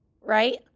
right